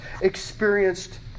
experienced